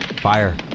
Fire